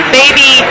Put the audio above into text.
baby